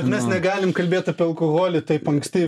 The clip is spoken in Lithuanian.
mes negalim kalbėt apie alkoholį taip anksti